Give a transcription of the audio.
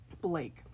Blake